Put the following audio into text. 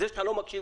זה שאתה לא מקשיב,